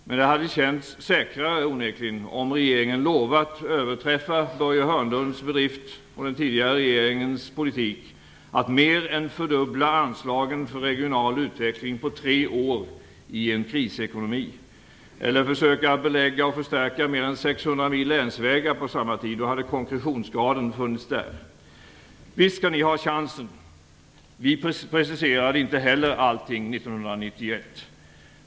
Men det hade onekligen känts säkrare om regeringen lovat att överträffa Börje Hörnlunds bedrift och den tidigare regeringens politik att mer än fördubbla anslagen för regional utveckling på tre år i en krisekonomi, eller försöka belägga och förstärka mer än 600 mil länsvägar på samma tid. Då hade konklusionsgraden funnits där. Visst skall ni ha chansen. Vi preciserade inte heller allting år 1991.